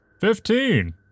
Fifteen